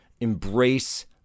Embrace